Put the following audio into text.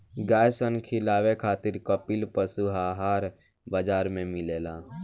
गाय सन खिलावे खातिर कपिला पशुआहार बाजार में मिलेला